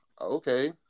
okay